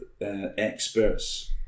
experts